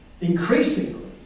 Increasingly